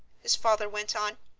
his father went on.